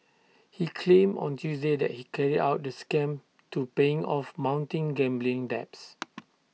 he claimed on Tuesday that he carried out the scam to paying off mounting gambling debts